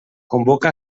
convoca